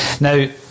now